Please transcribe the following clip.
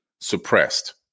suppressed